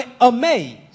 amazed